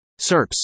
SERPs